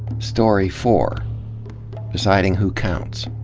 story four deciding who counts.